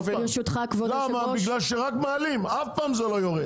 רק מעלים, אף פעם זה לא יורד.